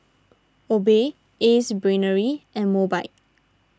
Obey Ace Brainery and Mobike